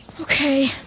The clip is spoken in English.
Okay